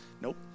Nope